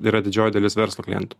yra didžioji dalis verslo klientų